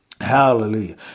Hallelujah